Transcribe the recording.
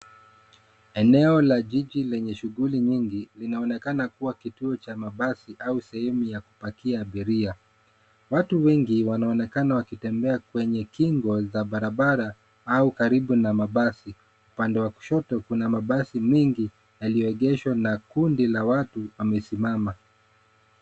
Eneo la jiji lenye shughuli nyingi linaonekana kuwa kituo cha mabasi au sehemu ya kupakia abiria. Watu wengi wanaonekana wakitembea kwenye kingo za barabara au karibu na mabasi. Upande wa kushoto kuna mabasi mingi yaliyoegeshwa na kundi la watu wamesimama.